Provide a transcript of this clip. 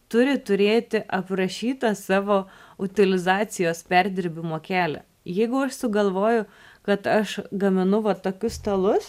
turi turėti aprašytą savo utilizacijos perdirbimo kelią jeigu aš sugalvoju kad aš gaminu va tokius stalus